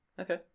Okay